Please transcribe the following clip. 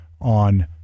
on